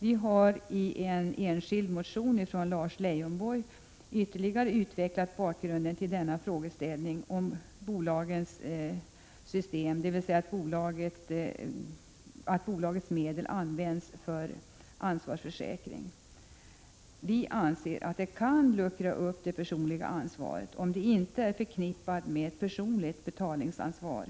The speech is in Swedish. I en enskild motion av Lars Leijonborg utvecklas ytterligare bakgrunden till denna frågeställning om bolagens system, dvs. att bolagets medel används för ansvarsförsäkring. Vi anser att det kan luckra upp det personliga ansvaret om det inte är förknippat med ett personligt betalningsansvar.